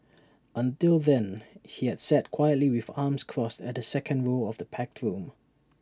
until then he had sat quietly with arms crossed at the second row of the packed room